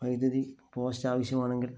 വൈദ്യുതി പോസ്റ്റ് ആവശ്യമാണെങ്കിൽ